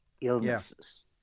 illnesses